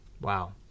Wow